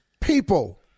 people